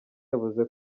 yavuze